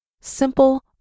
simple